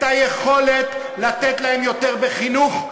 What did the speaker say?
את היכולת לתת להם יותר בחינוך,